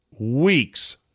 weeks